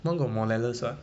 one got more